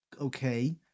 okay